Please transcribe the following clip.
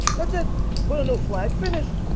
that's it put a new flag finished.